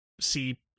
see